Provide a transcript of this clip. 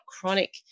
chronic